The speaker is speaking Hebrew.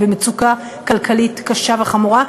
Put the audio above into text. במצוקה כלכלית קשה וחמורה,